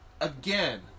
again